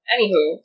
Anywho